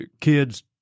kids